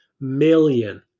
million